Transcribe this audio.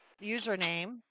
username